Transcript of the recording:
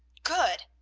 good!